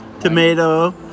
tomato